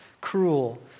cruel